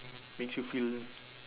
makes you feel